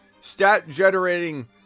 stat-generating